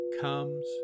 comes